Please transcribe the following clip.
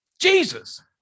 Jesus